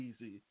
easy